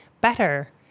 better